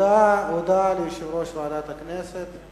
הודעה ליושב-ראש ועדת הכנסת.